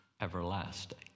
everlasting